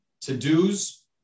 to-dos